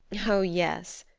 oh, yes!